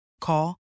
Call